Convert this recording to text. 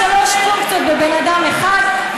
יש שלוש פונקציות בבן אדם אחד,